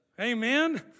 amen